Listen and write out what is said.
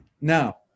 Now